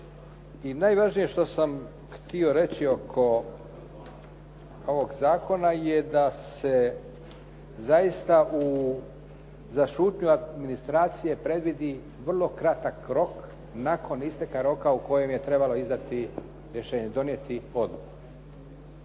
I najvažnije što sam htio reći oko ovog zakona je da se zaista za šutnju administracije predvidi vrlo kratak rok nakon isteka roka u kojem je trebalo izdati rješenje, donijeti odluku.